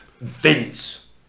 Vince